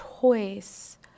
choice